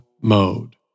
mode